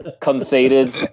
conceded